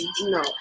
No